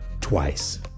twice